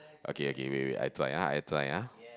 okay okay wait wait I try ah I try ah